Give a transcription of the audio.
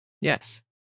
Yes